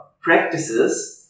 practices